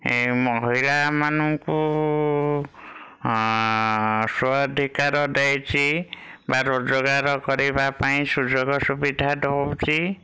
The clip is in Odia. ଏ ମହିଳାମାନଙ୍କୁ ସୁଅଧିକାର ଦେଇଛି ବା ରୋଜଗାର କରିବା ପାଇଁ ସୁଯୋଗ ସୁବିଧା ଦଉଛି